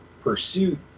pursuit